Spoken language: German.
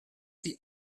die